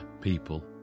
people